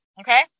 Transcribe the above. Okay